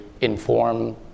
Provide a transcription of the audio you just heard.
inform